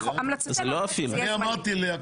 אני אמרתי לו,